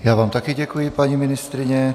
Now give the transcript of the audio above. Já vám také děkuji, paní ministryně.